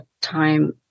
time